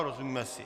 Rozumíme si.